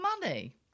money